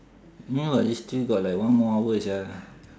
no [what] it still got like one more hour sia